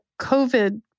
COVID